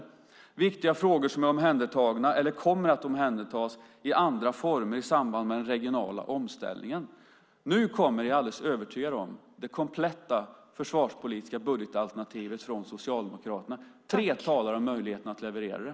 Det är viktiga frågor som är omhändertagna eller kommer att omhändertas i andra former i samband med den regionala omställningen. Nu kommer, är jag alldeles övertygad om, det kompletta försvarspolitiska budgetalternativet från Socialdemokraterna. Tre talare har möjligheten att leverera det.